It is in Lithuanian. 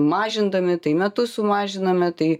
mažindami tai metus sumažiname tai